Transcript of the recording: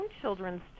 children's